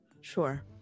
sure